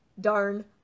darn